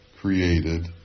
created